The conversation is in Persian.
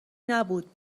نبود